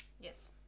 Yes